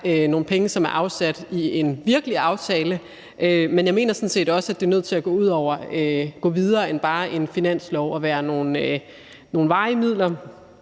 nogle penge, som er afsat i en virkelig aftale, men jeg mener sådan set også, at det er nødt til at gå videre end bare en finanslov, og at det skal være nogle